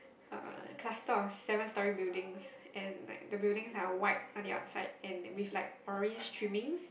uh cluster of seven storey buildings and like the buildings are white on the outside and with like orange trimmings